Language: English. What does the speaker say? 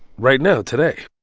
right now, today